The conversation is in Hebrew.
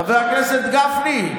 חבר הכנסת גפני,